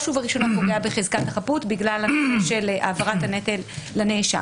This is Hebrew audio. ובראשונה פוגע בחזקת החפות בגלל העברת הנטל לנאשם.